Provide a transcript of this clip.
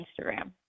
instagram